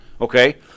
Okay